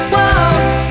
Whoa